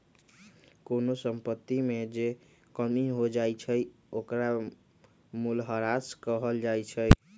कोनो संपत्ति में जे कमी हो जाई छई ओकरा मूलहरास कहल जाई छई